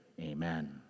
Amen